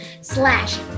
slash